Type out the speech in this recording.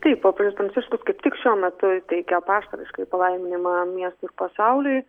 taip popiežius pranciškus kaip tik šiuo metu teikia apaštališkąjį palaiminimą miestui ir pasauliui